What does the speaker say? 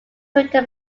written